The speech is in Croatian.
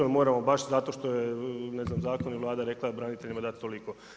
Ali moramo baš zato što je ne znam zakon i Vlada rekla braniteljima dat toliko.